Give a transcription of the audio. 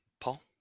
paul